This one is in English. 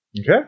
Okay